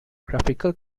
graphical